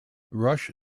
rush